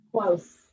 close